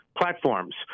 platforms